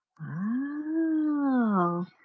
Wow